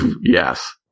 Yes